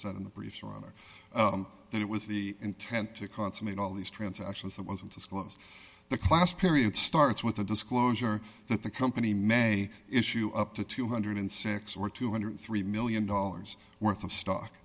said in the briefs rather that it was the intent to consummate all these transactions that wasn't disclose the class period starts with the disclosure that the company may issue up to two hundred and six dollars or two hundred and three million dollars worth of stock